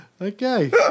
Okay